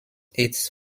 its